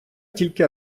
тільки